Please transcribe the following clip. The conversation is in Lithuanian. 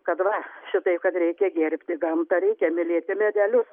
kad va šitaip kad reikia gerbti gamtą reikia mylėti medelius